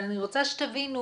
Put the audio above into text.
אבל אני רוצה שתבינו,